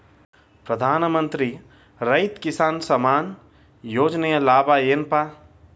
ಪ್ರಧಾನಮಂತ್ರಿ ರೈತ ಕಿಸಾನ್ ಸಮ್ಮಾನ ಯೋಜನೆಯ ಲಾಭ ಏನಪಾ?